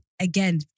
Again